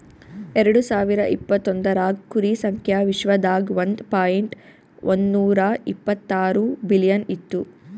ಎರಡು ಸಾವಿರ ಇಪತ್ತೊಂದರಾಗ್ ಕುರಿ ಸಂಖ್ಯಾ ವಿಶ್ವದಾಗ್ ಒಂದ್ ಪಾಯಿಂಟ್ ಒಂದ್ನೂರಾ ಇಪ್ಪತ್ತಾರು ಬಿಲಿಯನ್ ಇತ್ತು